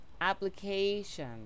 Application